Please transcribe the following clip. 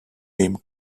name